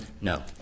No